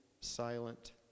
silent